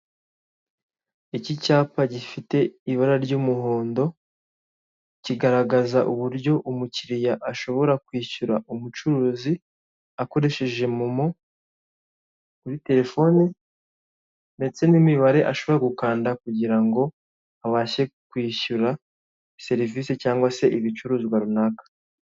Iki cyapa gifite ibara ry'umuhondo, kigaragaza uburyo umukiriya ashobora kwishyura umucuruzi akoresheje momo kuri telefoni, ndetse n'imibare ashobora gukanda, kugira ngo abashe kwishyura serivisi cyangwa se ibicuruzwa runaka.